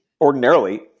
ordinarily